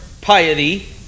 piety